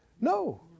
No